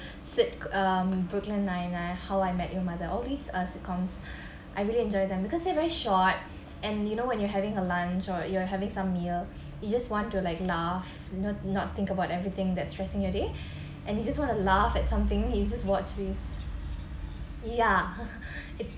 sick um brooklyn nine nine how I met your mother always these sitcoms I really enjoy them because they're very short and you know when you're having a lunch or you are having some meal you just want to like laugh no not think about everything that stressing your day and you just want to laugh at something you just watch this ya it